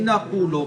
הנה הפעולות,